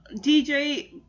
DJ